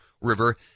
River